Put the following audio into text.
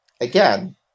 again